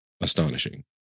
astonishing